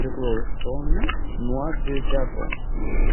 priklausomi nuo biudžeto